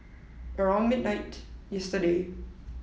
round midnight yesterday